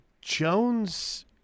Jones